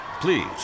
Please